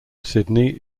sydney